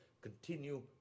continue